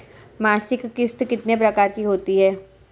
मासिक किश्त कितने प्रकार की होती है?